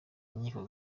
inkiko